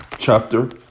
chapter